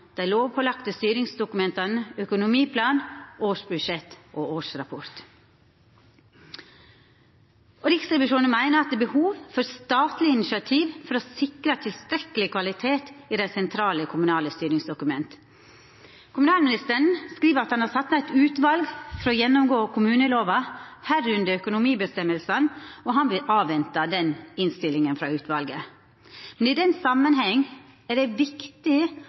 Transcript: dei lovpålagde styringsdokumenta økonomiplan, årsbudsjett og årsrapport. Riksrevisjonen meiner at det er behov for statlege initiativ for å sikra tilstrekkeleg kvalitet i dei sentrale kommunale styringsdokumenta. Kommunalministeren skriv at han har sett ned eit utval for å gjennomgå kommunelova, medrekna økonomireglane, og han vil venta på innstillinga frå utvalet. I den samanhengen er det viktig